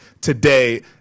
today